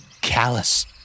Callous